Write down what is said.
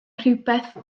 rhywbeth